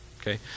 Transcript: Okay